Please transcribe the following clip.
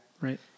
Right